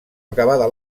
acabada